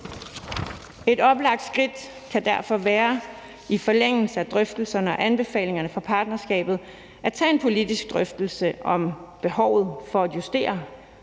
Et oplagt skridt kan derfor være i forlængelse af drøftelserne og anbefalingerne fra partnerskabet at tage en politisk drøftelse om behovet for at justere